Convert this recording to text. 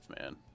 man